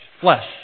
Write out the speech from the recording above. flesh